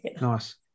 Nice